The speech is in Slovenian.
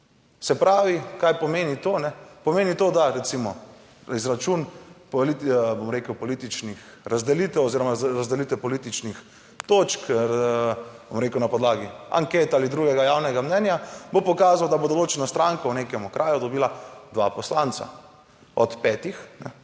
Se pravi, kaj pomeni to, pomeni to, da recimo izračun po, bom rekel, političnih razdelitev oziroma razdelitev političnih točk, bom rekel, na podlagi anket ali drugega javnega mnenja bo pokazal, da bo določena stranka v nekem okraju dobila dva poslanca od petih